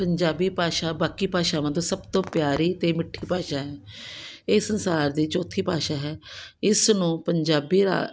ਪੰਜਾਬੀ ਭਾਸ਼ਾ ਬਾਕੀ ਭਾਸ਼ਾਵਾਂ ਤੋਂ ਸਭ ਤੋਂ ਪਿਆਰੀ ਅਤੇ ਮਿੱਠੀ ਭਾਸ਼ਾ ਹੈ ਇਹ ਸੰਸਾਰ ਦੀ ਚੌਥੀ ਭਾਸ਼ਾ ਹੈ ਇਸ ਨੂੰ ਪੰਜਾਬੀ ਰਾ